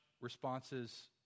responses